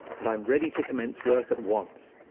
and i am ready to commence work at once.